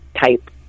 type